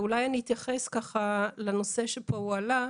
אולי אני אתייחס ככה לנושא שכבר הועלה פה,